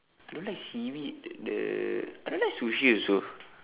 I don't like seaweed the I don't like sushi also